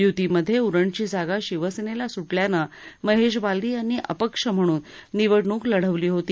युतीमध्ये उरणची जागा शिवसेनेला सुटल्यानं महेश बालदी यांनी अपक्ष म्हणून निवडणूक लढविली होती